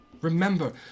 Remember